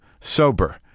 sober